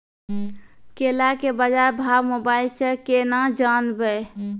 केला के बाजार भाव मोबाइल से के ना जान ब?